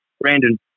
Brandon